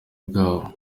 bwabo